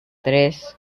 tres